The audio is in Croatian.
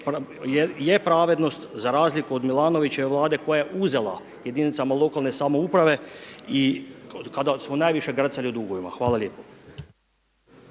je pravednost za razliku od Milanovićeve vlade koja je uzela jedinicama lokalne samouprave i kada smo najviše grcali u dugovima. Hvala lijepo.